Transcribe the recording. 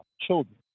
children